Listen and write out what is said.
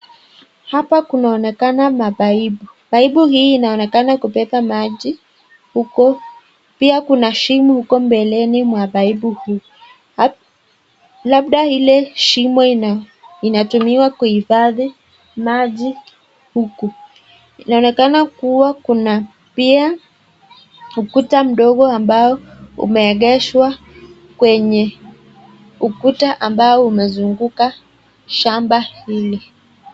Hapa kunaonekana mapaipu. Paipu hii inaonekana kubeba maji. Huku pia kuna shimo huko mbeleni mwa paipu huu. Labda ile shimo inatumiwa kuhifadhi maji huku. Inaonekana kuwa kuna pia ukuta mdogo ambao umeegeshwa kwenye ukuta ambao umezunguka shamba hili.